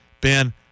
Ben